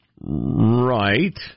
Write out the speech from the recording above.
Right